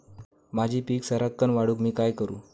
माझी पीक सराक्कन वाढूक मी काय करू?